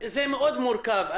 זה מורכב.